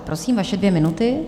Prosím, vaše dvě minuty.